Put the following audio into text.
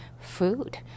food